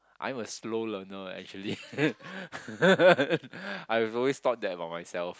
I'm a slow learner actually I've always thought that about myself